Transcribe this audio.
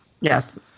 Yes